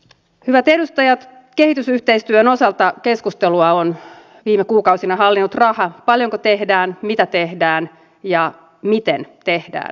hyvät edustajat kehitysyhteistyön osalta keskustelua on viime kuukausina hallinnut raha paljonko tehdään mitä tehdään ja miten tehdään